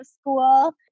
school